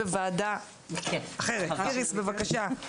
בבקשה.